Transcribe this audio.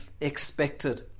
expected